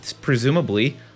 presumably